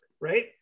right